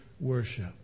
worship